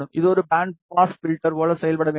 இது ஒரு band pass filter போல செயல்பட வேண்டும்